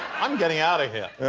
i'm getting out of here.